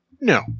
No